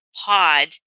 pod